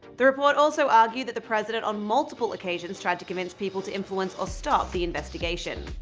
the report also argued that the president on multiple occasions tried to convince people to influence or stop the investigation.